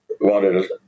wanted